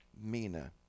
mina